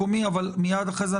יש לכם